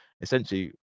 essentially